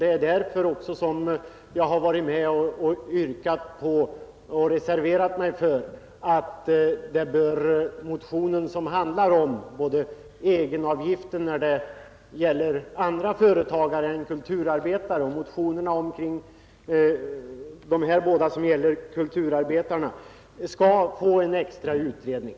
Det är också därför som jag har varit med om att avge en reservation som går ut på att både den motion som gäller egenavgiften för företagare i allmänhet och de här båda motionerna rörande kulturarbetarna skall bli föremål för en särskild utredring.